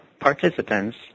participants